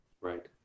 Right